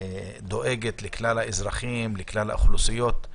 דואגת לכלל האזרחים, לכלל האוכלוסיות.